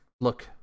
look